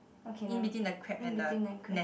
okay never in between then crab